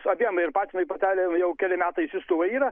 abiem ir patinui ir patelei jau keleri metai siųstuvai yra